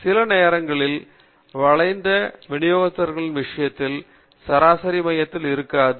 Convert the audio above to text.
சில நேரங்களில் வளைந்த விநியோகங்கள் விஷயத்தில் சராசரி மையத்தில் இருக்காது